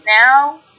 now